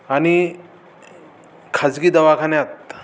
आणि खाजगी दवाखान्यात